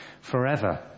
forever